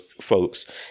folks